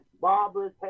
barbers